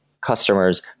customers